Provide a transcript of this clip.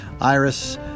Iris